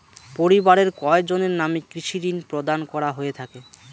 পরিবারের কয়জনের নামে কৃষি ঋণ প্রদান করা হয়ে থাকে?